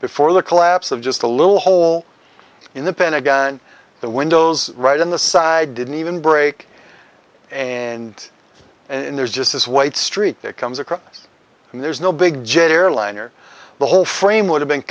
before the collapse of just a little hole in the pentagon the windows right in the side didn't even break and in there's just this white streak that comes across and there's no big jet airliner the whole frame would have been